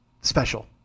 special